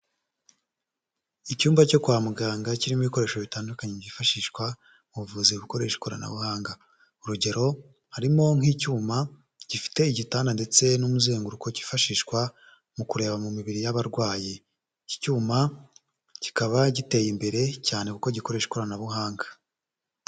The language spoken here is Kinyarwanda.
Icyumba cyo kwa muganga kirimo ibikoresho bitandukanye byifashishwa mu buvuzi bukoresha ikoranabuhanga. Urugero harimo nk'icyuma gifite igitanda ndetse n'umuzenguruko kifashishwa mu kureba mu mibiri y'abarwayi. Iki cyuma kikaba giteye imbere cyane kuko gikoresha ikoranabuhanga.